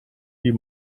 die